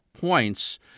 points